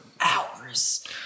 hours